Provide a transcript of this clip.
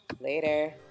Later